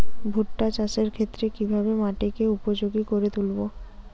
ভুট্টা চাষের ক্ষেত্রে কিভাবে মাটিকে উপযোগী করে তুলবো?